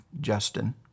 Justin